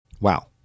Wow